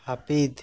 ᱦᱟᱯᱤᱫ